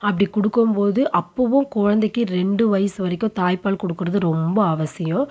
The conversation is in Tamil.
அப்படி கொடுக்கும் போது அப்போவும் குழந்தைக்கி ரெண்டு வயசு வரைக்கும் தாய் பால் கொடுக்குறது ரொம்ப அவசியம்